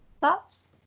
Thoughts